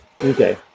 Okay